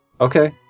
Okay